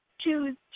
Choose